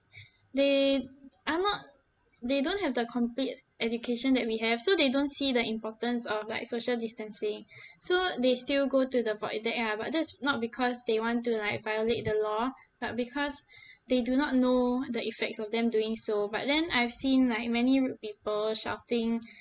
they are not they don't have the complete education that we have so they don't see the importance of like social distancing so they still go to the point deck ah but that's not because they want to like violate the law but because they do not know the effects of them doing so but then I've seen like many rude people shouting